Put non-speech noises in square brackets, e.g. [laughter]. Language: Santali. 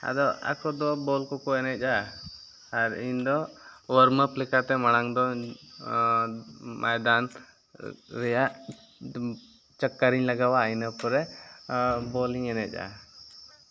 ᱟᱫᱚ ᱟᱠᱚ ᱫᱚ ᱵᱚᱞ ᱠᱚᱠᱚ ᱮᱱᱮᱡᱼᱟ ᱟᱨ ᱤᱧᱫᱚ [unintelligible] ᱞᱮᱠᱟᱛᱮ ᱢᱟᱲᱟᱝ ᱫᱚ ᱢᱚᱭᱫᱟᱱ ᱨᱮᱭᱟᱜ ᱪᱚᱠᱠᱚᱨ ᱤᱧ ᱞᱟᱜᱟᱣᱟ ᱤᱱᱟᱹ ᱯᱚᱨᱮ ᱵᱚᱞ ᱤᱧ ᱮᱱᱮᱡᱼᱟ